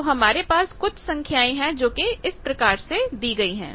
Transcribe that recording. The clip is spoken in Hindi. तो हमारे पास कुछ संख्याएं हैं जो कि इस प्रकार से दी गई हैं